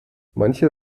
manche